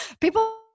People